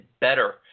better